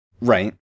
Right